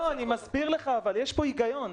אני מסביר לך, יש פה היגיון,